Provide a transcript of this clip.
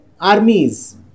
armies